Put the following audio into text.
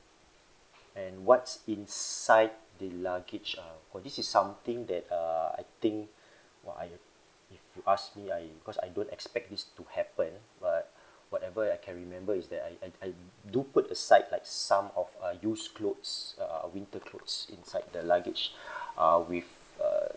and what's inside the luggage uh for this is something that uh I think what I if you ask me I because I don't expect this to happen but whatever I can remember is that I I do put aside like some of uh used clothes uh winter clothes inside the luggage uh with uh